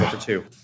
two